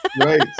right